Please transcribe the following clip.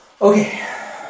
Okay